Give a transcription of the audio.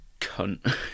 cunt